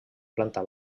planta